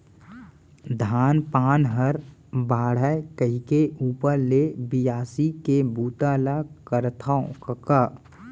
धान पान हर बाढ़य कइके ऊपर ले बियासी के बूता ल करथव कका